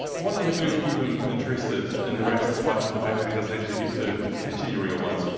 what do you have to do to keep him interested in the rats, despite the fact that he doesn't actually get to catch any real ones?